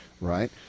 right